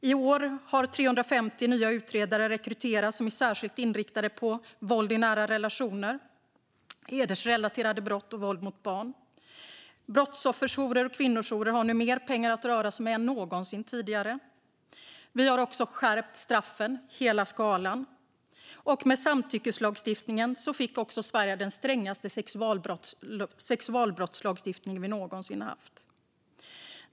I år har 350 nya utredare rekryterats, som är särskilt inriktade på våld i nära relationer, hedersrelaterade brott och våld mot barn. Brottsofferjourer och kvinnojourer har nu mer pengar att röra sig med än någonsin tidigare. Vi har också skärpt straffen i hela skalan. Och med samtyckeslagstiftningen fick Sverige den strängaste sexualbrottslagstiftning vi någonsin har haft.